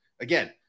again